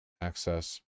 Access